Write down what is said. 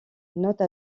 note